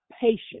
Patience